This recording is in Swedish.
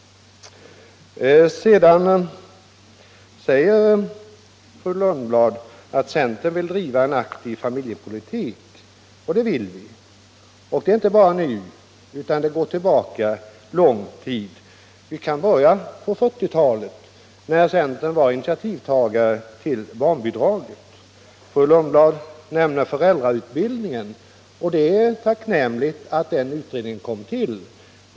Sedan berörde fru Lundblad att centern vill driva en aktiv familjepolitik. Ja, det vill vi, och det är inte bara nu, utan det har vi gjort sedan lång tid tillbaka — på 1940-talet var centern initiativtagare till barnbidraget. Fru Lundblad nämnde föräldrautbildningen, och det är tacknämligt att det kom till en utredning om den.